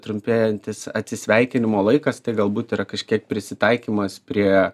trumpėjantis atsisveikinimo laikas tai galbūt yra kažkiek prisitaikymas prie